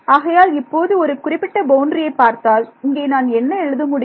ஆகையால் இப்போது ஒரு குறிப்பிட்ட பவுண்டரியை பார்த்தால் இங்கே நான் என்ன எழுத முடியும்